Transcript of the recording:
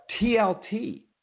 TLT